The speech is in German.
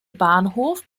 bahnhof